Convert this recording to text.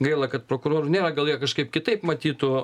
gaila kad prokurorų nėra gal jie kažkaip kitaip matytų